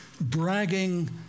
bragging